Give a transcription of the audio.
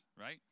right